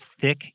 thick